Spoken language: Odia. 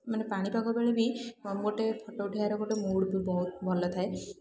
ମାନେ ପାଣିପାଗ ବେଳେ ବି ଗୋଟେ ଫଟୋ ଉଠାଇବାର ଗୋଟେ ମୁଡ଼୍ ବି ବହୁତ ଭଲଥାଏ